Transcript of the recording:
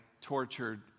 tortured